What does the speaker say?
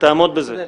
תעמוד בזה.